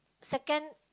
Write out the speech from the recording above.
second